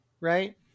right